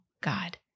God